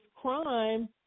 crime